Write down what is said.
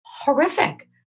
horrific